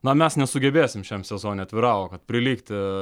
na mes nesugebėsim šiam sezone atviravo kad prilygti